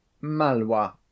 Malwa